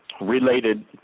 related